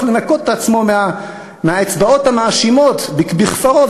לנקות את עצמו מהאצבעות המאשימות בכפרו,